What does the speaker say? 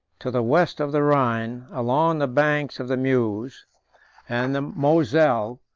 to the west of the rhine, along the banks of the meuse and the moselle,